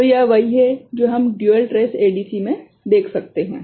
तो यह वही है जो हम डुयल ट्रेस एडीसी में देख सकते हैं